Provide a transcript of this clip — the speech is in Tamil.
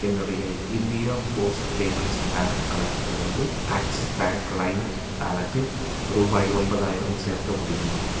என்னுடைய இந்தியா போஸ்ட் பேமெண்ட்ஸ் பேங்க் கணக்கிலிருந்து ஆக்ஸிஸ் பேங்க் லைம் வாலெட்டில் ரூபாய் ஒன்பதாயிரம் சேர்க்க முடியுமா